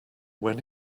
when